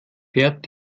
fährt